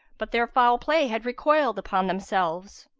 but their foul play had recoiled upon themselves.